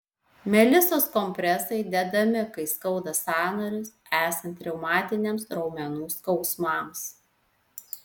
melisos kompresai dedami kai skauda sąnarius esant reumatiniams raumenų skausmams